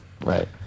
right